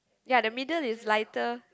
ya the middle is lighter